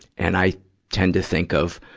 and i tend to think of,